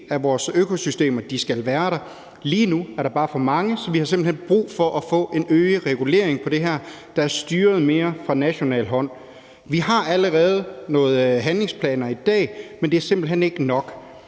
af vores økosystem, og de skal være der. Lige nu er der bare for mange, så vi har simpelt hen brug for at få en øget regulering af det her, der er styret mere fra nationalt hold. Vi har allerede nogle handlingsplaner i dag, men det er simpelt hen ikke nok.